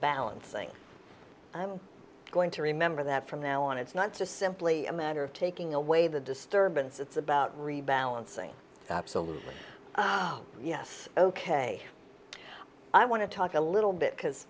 balancing i'm going to remember that from now on it's not just simply a matter of taking away the disturbance it's about rebalancing absolutely yes ok i want to talk a little bit because